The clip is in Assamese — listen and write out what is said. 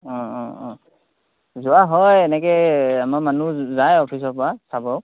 অঁ অঁ অঁ যোৱা হয় এনেকৈ আমাৰ মানুহ যায় অফিচৰপৰা চাব